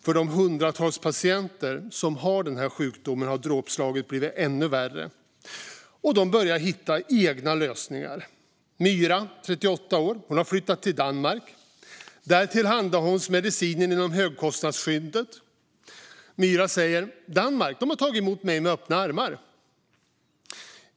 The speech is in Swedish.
För de hundratals patienter som har den här sjukdomen har dråpslaget blivit ännu värre, och de börjar hitta egna lösningar. Myra, 38 år, har flyttat till Danmark. Där tillhandahålls medicinen inom högkostnadsskyddet. Myra säger: Danmark har tagit emot mig med öppna armar!